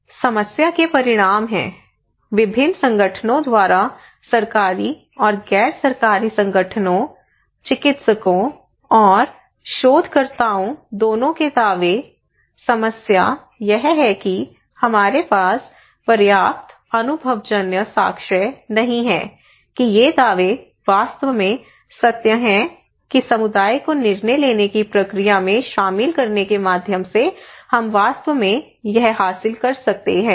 समस्या के परिणाम हैं विभिन्न संगठनों द्वारा सरकारी और गैर सरकारी संगठनों चिकित्सकों और शोधकर्ताओं दोनों के दावे समस्या यह है कि हमारे पास पर्याप्त अनुभवजन्य साक्ष्य नहीं हैं कि ये दावे वास्तव में सत्य हैं कि समुदाय को निर्णय लेने की प्रक्रिया में शामिल करने के माध्यम से हम वास्तव में यह हासिल कर सकते हैं